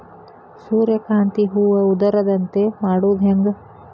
ಸೂರ್ಯಕಾಂತಿ ಹೂವ ಉದರದಂತೆ ಮಾಡುದ ಹೆಂಗ್?